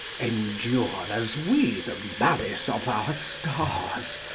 endure as we the malice of our stars,